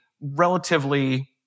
relatively